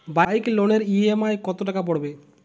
Bike লোনের EMI কত টাকা পড়বে?